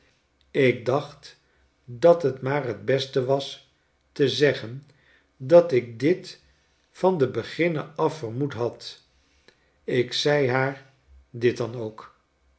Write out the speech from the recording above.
ik dacht dat het maar t best was te zeggen dat ik dit van den beginne af vermoed had ik zei haar dit dan ook